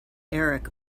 eric